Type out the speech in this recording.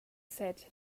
said